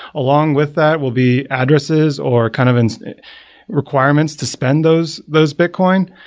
along with that will be addresses or kind of and requirements to spend those those bitcoin,